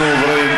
אנחנו עוברים,